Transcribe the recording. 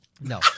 No